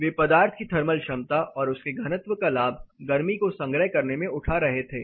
वे पदार्थ की थर्मल क्षमता और उसके घनत्व का लाभ गर्मी को संग्रह करने में उठा रहे थे